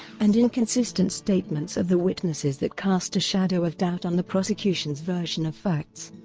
and inconsistent statements of the witnesses that cast a shadow of doubt on the prosecution's version of facts.